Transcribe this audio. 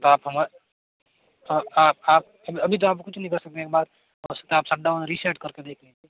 तो आप हमारे आप आप अभी तो आप कुछ नहीं कर सकते एक बार आप शट डाउन रिसेट करके देखए